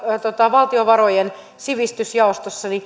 valtiovarojen sivistysjaostossa